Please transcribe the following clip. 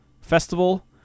festival